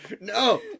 No